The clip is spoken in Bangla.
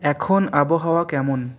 এখন আবহাওয়া কেমন